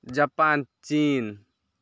Japan chin